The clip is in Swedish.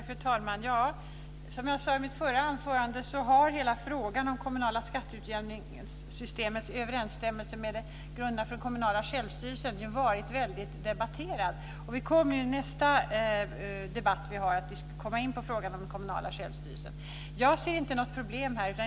Fru talman! Som jag sade i mitt förra anförande har hela frågan om det kommunala skatteutjämningssystemets överensstämmelse med grunderna för den kommunala självstyrelsen varit väldigt debatterad. Vi kommer i vår nästa debatt här att komma in på frågan om den kommunala självstyrelsen. Jag ser inte något problem här.